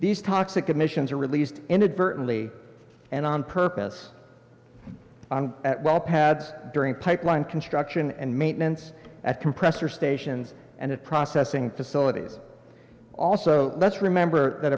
these toxic emissions are released inadvertently and on purpose at well pads during pipeline construction and maintenance at compressor stations and processing facilities also let's remember that